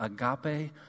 Agape